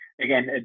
again